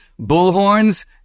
bullhorns